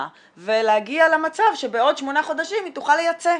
ולהגיע למצב שבעוד שמונה חודשים היא תוכל לייצא?